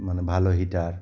মানে ভালো হিটার